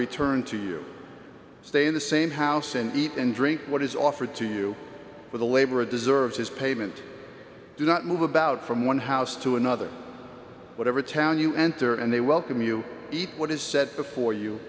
return to you stay in the same house and eat and drink what is offered to you for the labor of deserves his payment do not move about from one house to another whatever town you enter and they welcome you eat what is said before you